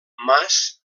mas